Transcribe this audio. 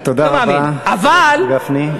תודה רבה, חבר הכנסת גפני.